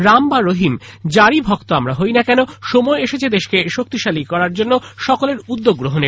রাম বা রহিম যারই ভক্ত আমরা হইনা কেন সময় এসেছে দেশকে শক্তিশালী করার জন্য সকলের উদ্যোগ গ্রহনের